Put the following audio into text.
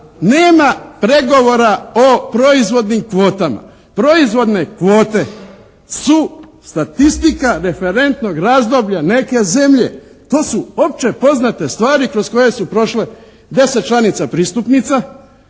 nema pregovora o proizvodnim kvotama. Proizvodne kvote su statistika referentnog razdoblja neke zemlje. To su opće poznate stvari kroz koje su prošle 10 članica pristupnica